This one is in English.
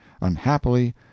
unhappily